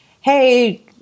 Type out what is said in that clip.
hey